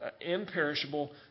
imperishable